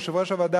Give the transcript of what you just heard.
יושב-ראש הוועדה,